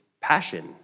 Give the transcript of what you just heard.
passion